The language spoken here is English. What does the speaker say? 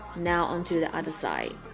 now on to the other side